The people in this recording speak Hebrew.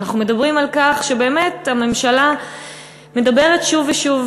ואנחנו מדברים על כך שהממשלה מדברת שוב ושוב,